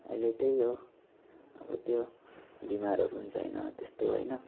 अहिले त्यही हो अब त्यो बिमारहरू हुन्छ होइन त्यस्तो होइन